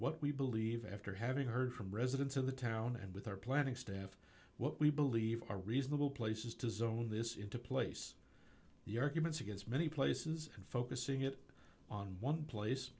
what we believe after having heard from residents of the town and with our planning staff what we believe are reasonable places to zone this into place the arguments against many places and focusing it on one place